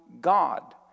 God